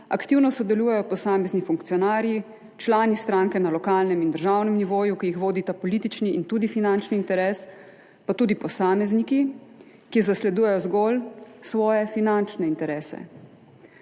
aktivno sodelujejo posamezni funkcionarji, člani stranke na lokalnem in državnem nivoju, ki jih vodita politični in tudi finančni interes, pa tudi posamezniki, ki zasledujejo zgolj svoje finančne interese.